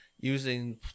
using